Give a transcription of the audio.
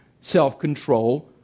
self-control